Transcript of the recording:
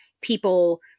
people